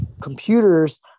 computers